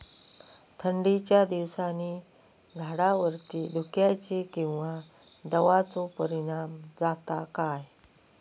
थंडीच्या दिवसानी झाडावरती धुक्याचे किंवा दवाचो परिणाम जाता काय?